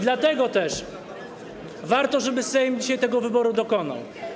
Dlatego też warto, żeby Sejm dzisiaj tego wyboru dokonał.